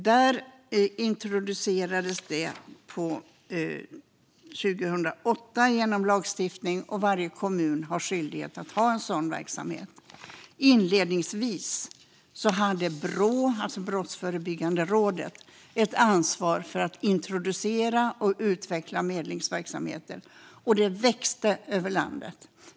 Detta introducerades 2008 genom lagstiftning, och varje kommun har skyldighet att ha en sådan verksamhet. Inledningsvis hade Brå, Brottsförebyggande rådet, ansvar för att introducera och utveckla medlingsverksamhet, och det växte över landet.